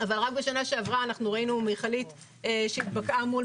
אבל רק בשנה שעברה ראינו מכלית שהתבקעה מול